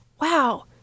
wow